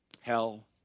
hell